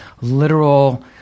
literal